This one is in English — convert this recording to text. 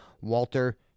Walter